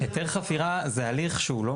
היתר חפירה זה הליך שהוא לא,